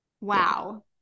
wow